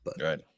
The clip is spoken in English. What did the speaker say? Right